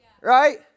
right